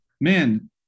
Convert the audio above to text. man